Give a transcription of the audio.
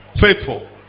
faithful